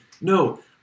no